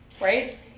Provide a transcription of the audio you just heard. Right